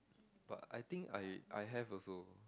but I think I I have also